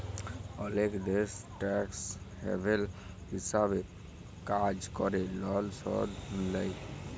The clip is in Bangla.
অলেক দ্যাশ টেকস হ্যাভেল হিছাবে কাজ ক্যরে লন শুধ লেই